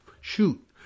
shoot